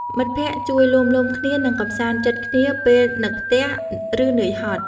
មិត្តភក្តិជួយលួងលោមគ្នា និងកម្សាន្តចិត្តគ្នាពេលនឹកផ្ទះ ឬនឿយហត់។